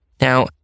Now